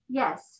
yes